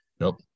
Nope